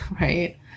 right